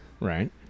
Right